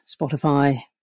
Spotify